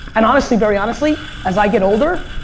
and honestly, very honestly, as i get older,